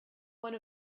one